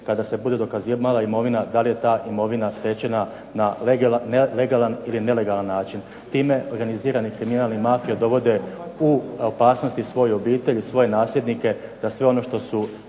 kada se bude dokazivala imovina da li je ta imovina stečena na legalan ili nelegalan način. Time organizirani kriminal i mafija dovode u opasnost i svoju obitelj i svoje nasljednike da sve ono što su